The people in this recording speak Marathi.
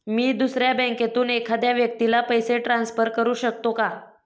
मी दुसऱ्या बँकेतून एखाद्या व्यक्ती ला पैसे ट्रान्सफर करु शकतो का?